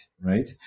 right